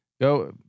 go